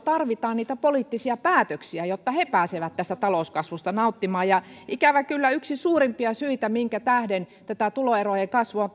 tarvitaan poliittisia päätöksiä jotta he pääsevät talouskasvusta nauttimaan ja ikävä kyllä yksi suurimpia syitä minkä tähden tätä tuloerojen kasvua